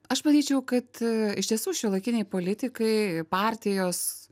aš manyčiau kad iš tiesų šiuolaikiniai politikai partijos